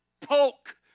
poke